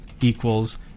equals